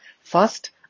first